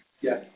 Yes